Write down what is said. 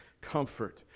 comfort